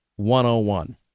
101